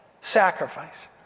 sacrifice